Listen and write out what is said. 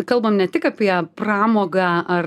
kalbam ne tik apie pramogą ar